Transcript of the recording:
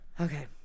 Okay